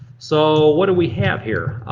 so what do we have here?